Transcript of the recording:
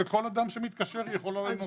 לכל אדם שמתקשר היא יכולה לתת.